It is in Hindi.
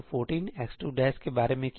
x2 के बारे में क्या